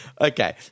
Okay